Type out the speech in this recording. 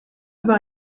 über